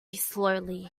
slowly